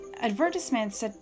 advertisements